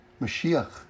Mashiach